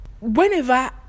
Whenever